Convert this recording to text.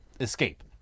escape